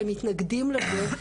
שהם מתנגדים לזה,